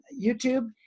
YouTube